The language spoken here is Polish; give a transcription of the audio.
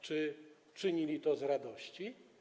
Czy czynili to z radości?